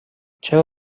چرا